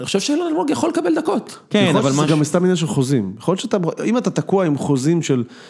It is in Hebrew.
אני חושב שאלון רוג יכול לקבל דקות. כן, אבל גם מסתם אם יש לך חוזים. יכול להיות שאתה, אם אתה תקוע עם חוזים של...